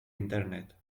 internet